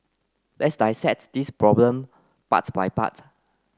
let's dissect this problem part by part